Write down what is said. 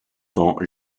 dans